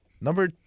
number